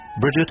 Bridget